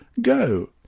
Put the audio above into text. Go